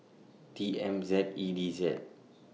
T M Z E D Z